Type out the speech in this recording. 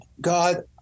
God